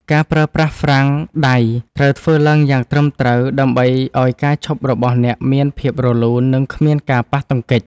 ការប្រើប្រាស់ហ្វ្រាំងដៃត្រូវធ្វើឡើងយ៉ាងត្រឹមត្រូវ ដើម្បីឱ្យការឈប់របស់អ្នកមានភាពរលូន និងគ្មានការប៉ះទង្គិច។